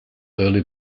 early